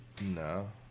no